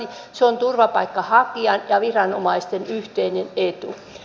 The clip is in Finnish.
se on turvapaikanhakijan ja viranomaisten yhteinen etu